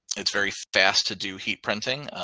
it's very fast to do heat printing.